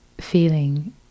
feeling